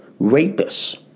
rapists